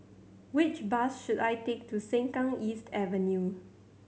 which bus should I take to Sengkang East Avenue